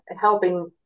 helping